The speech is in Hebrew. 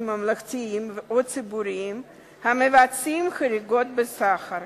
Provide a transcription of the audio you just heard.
ממלכתיים או ציבוריים המבצעים חריגות בשכר,